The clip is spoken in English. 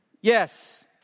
Yes